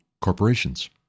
corporations